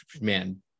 man